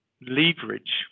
leverage